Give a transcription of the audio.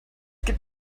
gibt